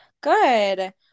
Good